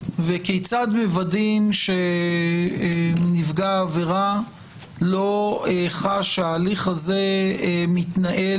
וכיצד מוודאים שנפגע העבירה לא חש שההליך הזה מתנהל